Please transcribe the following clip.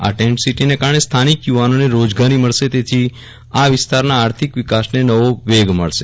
આ ટેન્ટ સીટીને કારણે સ્થાનિક યુવાનોને રોજગારી મળશે જેથી આ વિસ્તારના આર્થિક વિકાસને નવો વેગ મળશે